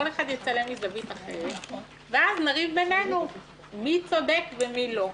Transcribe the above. כל אחת תצלם מזווית אחרת ואז נריב בינינו מי צודק ומי לא.